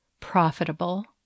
profitable